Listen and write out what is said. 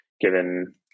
given